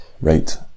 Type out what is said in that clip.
Right